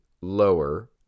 lower